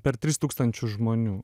per tis tūkstančius žmonių